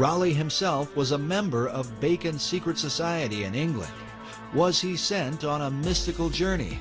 raleigh himself was a member of bacon secret society in england was he sent on a mystical journey